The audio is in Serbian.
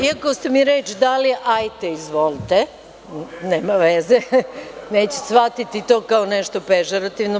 Iako ste mi reč dali – hajte izvolte, nema veze, neću shvatiti to kao nešto pežorativno.